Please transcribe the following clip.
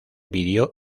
video